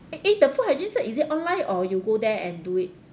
eh the food hygiene cert is it online or you go there and do it